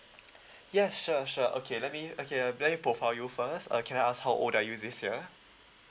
yes sure sure okay let me okay uh let me profile you first uh can I ask how old are you this year